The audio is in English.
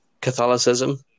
Catholicism